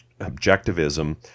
objectivism